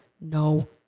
no